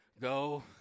go